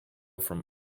from